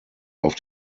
auf